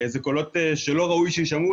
אלה קולות שלא ראוי שיישמעו,